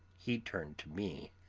he turned to me,